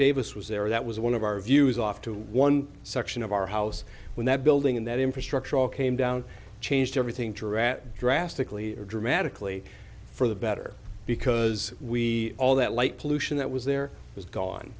davis was there that was one of our views off to one section of our house when that building and that infrastructure all came down changed everything jurat drastically dramatically for the better because we all that light pollution that was there was gone